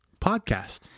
Podcast